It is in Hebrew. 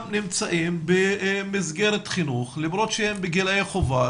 נמצאים במסגרת חינוך למרות שהם בגילאי חובה,